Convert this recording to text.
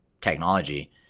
technology